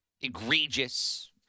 egregious